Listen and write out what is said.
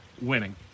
winning